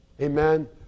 Amen